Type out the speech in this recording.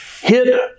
hit